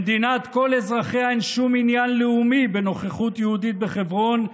למדינת כל אזרחיה אין שום עניין לאומי בנוכחות יהודית בחברון,